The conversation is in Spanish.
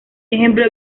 ejemplo